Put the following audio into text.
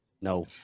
No